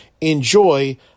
enjoy